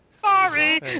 Sorry